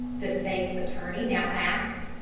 the state's attorney now asked.